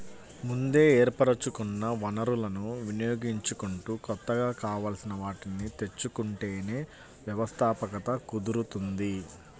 ముందే ఏర్పరచుకున్న వనరులను వినియోగించుకుంటూ కొత్తగా కావాల్సిన వాటిని తెచ్చుకుంటేనే వ్యవస్థాపకత కుదురుతుంది